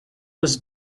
was